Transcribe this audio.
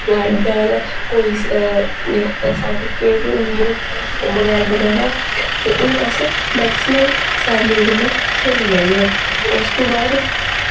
medal कोई certificate होई गे बगैरा बगैरा ते हून अस मैक्सिमम सारियां गेमां खेल्ली लैनेआं उस तो बाद